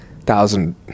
thousand